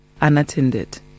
unattended